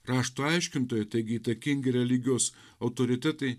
rašto aiškintojai taigi įtakingi religijos autoritetai